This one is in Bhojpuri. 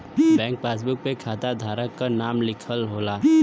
बैंक पासबुक पे खाता धारक क नाम लिखल होला